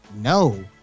No